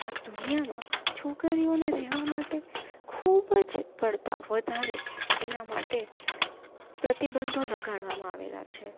આ દુનિયામાં છોકરીઓને રહેવા માટે ખૂબ જ પડતા વધારે એના માટે પ્રતિબંધો લગાડવામાં આવેલાં છે